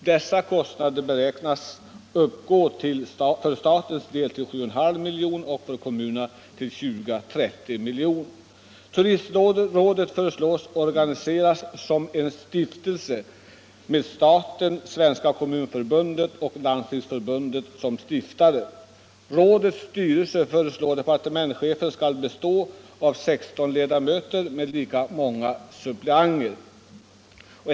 Dessa kostnader beräknas för staten uppgå till 7,5 miljoner och för kommunerna till 20 å 30 milj.kr. Turistrådet föreslås bli organiserat som en stiftelse med staten, Svenska kommunförbundet och Landstingsförbundet som stiftare. Rådets styrelse skall, föreslår departementschefen, bestå av 16 ledamöter med lika många suppleanter.